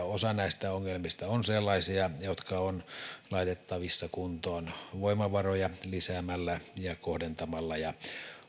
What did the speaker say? osa näistä ongelmista on sellaisia jotka on laitettavissa kuntoon voimavaroja lisäämällä ja kohdentamalla ja